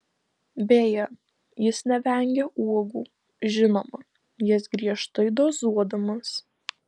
beje jis nevengia uogų žinoma jas griežtai dozuodamas